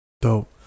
dope